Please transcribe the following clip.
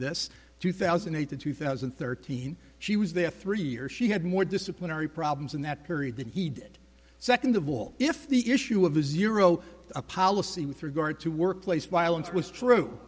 this two thousand and eight to two thousand and thirteen she was there three or she had more disciplinary problems in that period than he did second of all if the issue of the zero a policy with regard to workplace violence was true